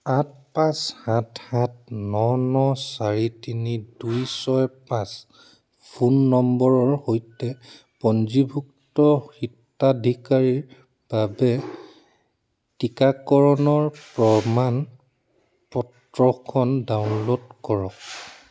আঠ পাঁচ সাত সাত ন ন চাৰি তিনি দুই ছয় পাঁচ ফোন নম্বৰৰ সৈতে পঞ্জীভুক্ত হিতাধিকাৰীৰ বাবে টীকাকৰণৰ প্ৰমাণ পত্ৰখন ডাউনলোড কৰক